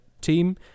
team